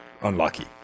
unlucky